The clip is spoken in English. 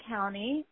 County